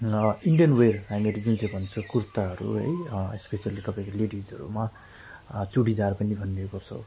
Indian wear हामीहरू जुन चाहिँ भन्छौँ कुर्ताहरू है स्पेसियली तपाईँको लेडिजहरूमा चुडिदार पनि भन्ने गर्छ